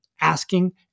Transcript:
asking